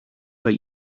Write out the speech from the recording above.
but